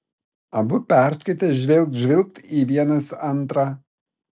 abu perskaitę žvilgt žvilgt į vienas antrą